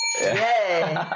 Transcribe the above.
Yay